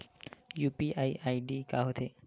UPI ID का होथे?